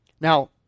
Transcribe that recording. Now